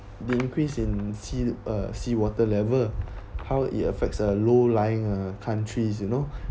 the increase in sea uh seawater level how it affects uh low lying uh countries you know